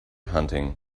hunting